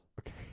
Okay